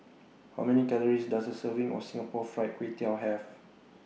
How Many Calories Does A Serving of Singapore Fried Kway Tiao Have